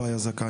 לא היה זכאי?